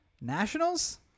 Nationals